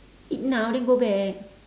eat now then go back